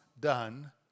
done